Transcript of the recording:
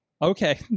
Okay